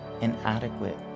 inadequate